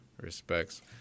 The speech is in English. Respects